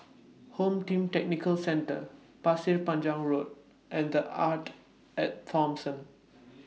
Home Team Tactical Centre Pasir Panjang Road and The Arte At Thomson